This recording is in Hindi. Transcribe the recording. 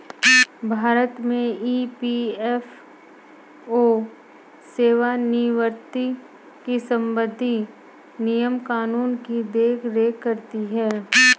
भारत में ई.पी.एफ.ओ सेवानिवृत्त से संबंधित नियम कानून की देख रेख करती हैं